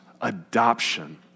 adoption